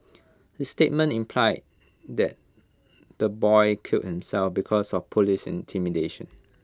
his statements imply that the boy killed himself because of Police intimidation